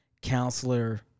counselor